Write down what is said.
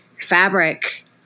fabric